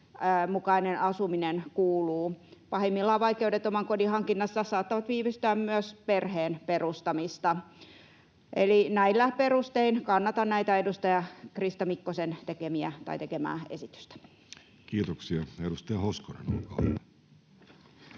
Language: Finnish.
mukainen asuminen kuuluu. Pahimmillaan vaikeudet oman kodin hankinnassa saattavat viivästää myös perheen perustamista. Näillä perustein kannatan edustaja Krista Mikkosen tekemää esitystä. [Speech 328] Speaker: